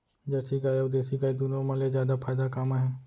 Jersey गाय अऊ देसी गाय दूनो मा ले जादा फायदा का मा हे?